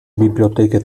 biblioteche